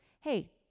Hey